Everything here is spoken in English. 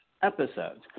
episodes